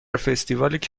فستیوال